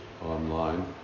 online